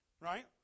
right